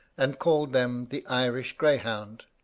and calls them the irish greyhound